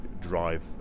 drive